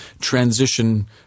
transition